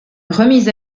remise